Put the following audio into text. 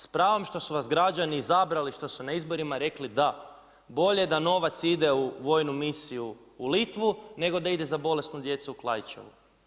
S pravom što su vas građani izabrali što su na izborima rekli da, bolje da novac ide u vojnu misiju u Litvu, nego da ide za bolesnu djecu u Klaićevu.